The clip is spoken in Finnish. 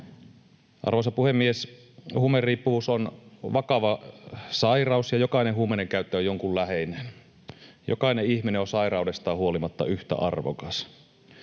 Arvoisa puhemies! Huumeriippuvuus on vakava sairaus, ja jokainen huumeidenkäyttäjä on jonkun läheinen, jokainen ihminen on sairaudestaan huolimatta yhtä arvokas.